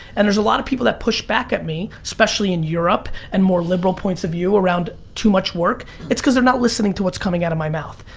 and there's a lot of people that push back at me, especially in europe and more liberal points of view around too much work it's cause they're not listening to what's coming out of my mouth.